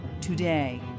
today